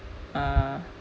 uh